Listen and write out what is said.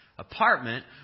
Apartment